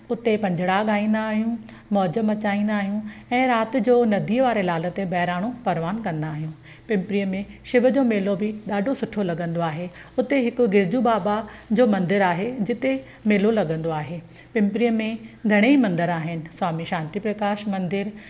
हुते पंजिड़ा ॻाईंदा आहियूं मौज मचाईंदा आहियूं ऐं राति जो नदीअवारे लाल ते बहिराणो परवान कंदा आहियूं पिंपरीअ में शिव जो मेलो बि ॾाढो सुठो लॻंदो आहे उते हिकु गिरजू बाबा जो मंदरु आहे जिते मेलो लॻंदो आहे पिंपरीअ में घणेई मंदर आहिनि स्वामी शांती प्रकाश मंदरु